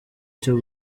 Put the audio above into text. cyo